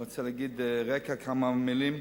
אני רוצה להגיד כרקע כמה מלים.